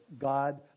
God